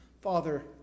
Father